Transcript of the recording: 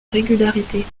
régularité